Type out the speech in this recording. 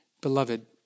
Beloved